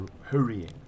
hurrying